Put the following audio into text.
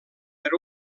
per